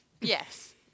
Yes